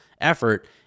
effort